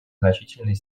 значительной